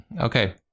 Okay